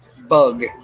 bug